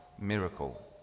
miracle